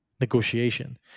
negotiation